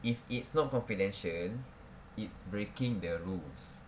if it's not confidential it's breaking the rules